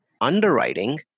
Underwriting